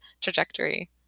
trajectory